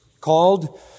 called